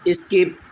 skip